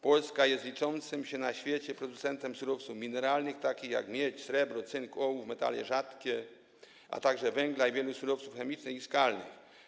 Polska jest liczącym się na świecie producentem surowców mineralnych takich jak miedź, srebro, cynk, ołów, metale rzadkie, a także węgla i wielu surowców chemicznych i skalnych.